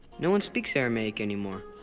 no one speaks aramaic anymore.